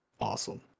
awesome